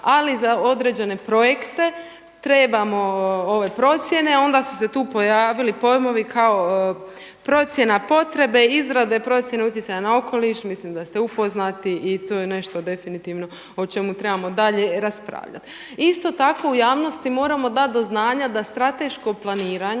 Ali za određene projekte trebamo procjene. Onda su se tu pojavili pojmovi kao procjena potrebe izrade procjene utjecaja na okoliš. Mislim da ste upoznati i to je nešto definitivno o čemu trebamo dalje raspravljati. Isto tako u javnosti moramo dati do znanja da st5teško planiranje